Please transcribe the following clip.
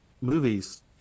Movies